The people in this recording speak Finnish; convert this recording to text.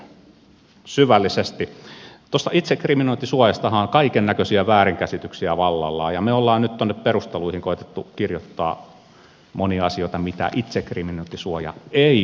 tuosta itsekriminointisuojastahan on kaikennäköisiä väärinkäsityksiä vallallaan ja me olemme nyt tuonne perusteluihin koettaneet kirjoittaa monia asioita mitä itsekriminointisuoja ei ole